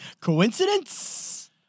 Coincidence